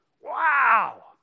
Wow